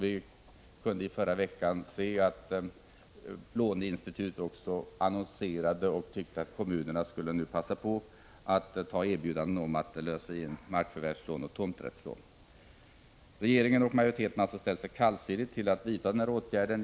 Vi kunde också i förra veckan se att låneinstitut i annonser uppmanade kommunerna att nu begagna tillfället att utnyttja erbjudanden om inlösen av markförvärvslån och tomträttslån. Regeringen och utskottsmajoriteten har alltså ställt sig kallsinniga till att den föreslagna åtgärden vidtas.